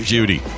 Judy